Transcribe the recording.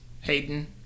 Hayden